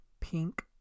pink